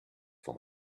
for